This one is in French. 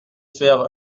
faire